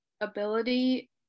ability